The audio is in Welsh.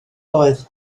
oedd